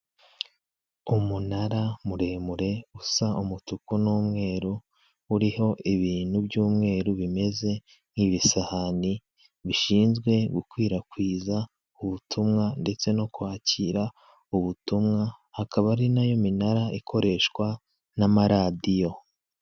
Umunara muremure usa umutuku n'umweru, uriho ibintu by'umweru bimeze nk'ibisahani bishinzwe gukwirakwiza ubutumwa, ndetse no kwakira ubutumwa, akaba ari na yo minara ikoreshwa n'amaradiyo.